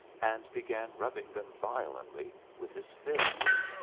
and began rubbing them violently with his fists.